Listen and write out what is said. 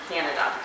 Canada